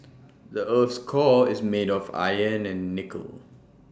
the Earth's core is made of iron and nickel